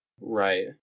Right